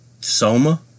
Soma